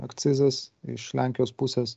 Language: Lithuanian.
akcizas iš lenkijos pusės